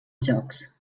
jocs